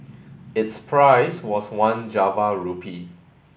its price was one Java rupee